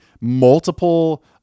multiple